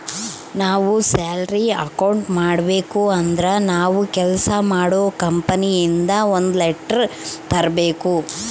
ನಾವ್ salary account ಮಾಡಬೇಕು ಅಂದ್ರೆ ನಾವು ಕೆಲ್ಸ ಮಾಡೋ ಕಂಪನಿ ಇಂದ ಒಂದ್ ಲೆಟರ್ ತರ್ಬೇಕು